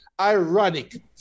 Ironic